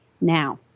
now